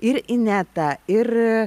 ir inetą ir